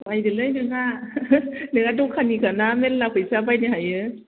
बायदोलै नोंहा नोंहा दखाननिखाना मेल्ला फैसा बायनो हायो